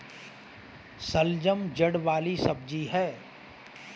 शलजम जड़ वाली सब्जी है